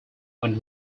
when